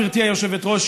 גברתי היושבת-ראש,